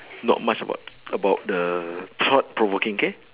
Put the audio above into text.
not much about about the thought-provoking K